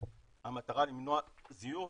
המטרה למנוע זיוף,